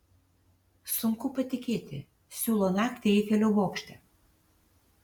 sunku patikėti siūlo naktį eifelio bokšte